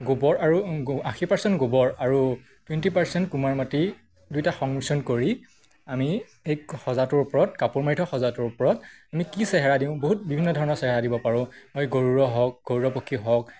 গোবৰ আৰু আশী পাৰ্চেণ্ট গোবৰ আৰু টুৱেণ্টি পাৰ্চেণ্ট কুমাৰ মাটি দুইটা সংমিশ্ৰণ কৰি আমি এক সজাটোৰ ওপৰত কাপোৰ মাৰি থোৱা সজাটোৰ ওপৰত আমি কি চেহেৰা দিওঁ বহুত বিভিন্ন ধৰণৰ চেহেৰা দিব পাৰোঁ হয় গৰুড়ৰ হওক গৰুড় পক্ষী হওক